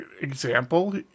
example